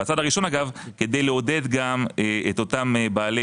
בצעד הראשון כדי לעודד גם את אותם בעלי